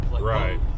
Right